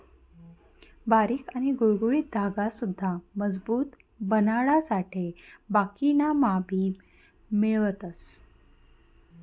बारीक आणि गुळगुळीत धागा सुद्धा मजबूत बनाडासाठे बाकिना मा भी मिळवतस